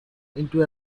into